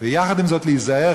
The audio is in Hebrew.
ויחד עם זאת להיזהר,